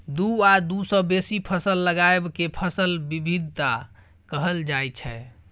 दु आ दु सँ बेसी फसल लगाएब केँ फसल बिबिधता कहल जाइ छै